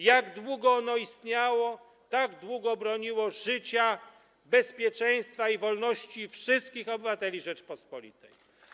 Jak długo ono istniało, tak długo broniło życia, bezpieczeństwa i wolności wszystkich obywateli Rzeczypospolitej.